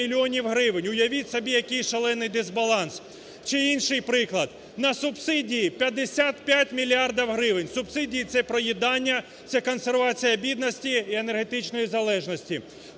уявіть собі, який шалений дисбаланс. Чи інший приклад, на субсидії 55 мільярдів гривень, субсидії – це проїдання, це консервація бідності і енергетичної залежності.